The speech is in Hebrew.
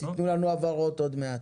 ותנו לנו הבהרות עוד מעט.